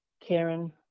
Karen